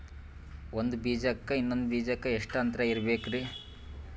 ಒಂದ್ ಬೀಜಕ್ಕ ಇನ್ನೊಂದು ಬೀಜಕ್ಕ ಎಷ್ಟ್ ಅಂತರ ಇರಬೇಕ್ರಿ?